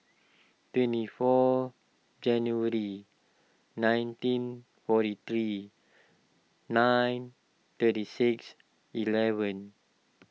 twenty four January nineteen forty three nine thirty six eleven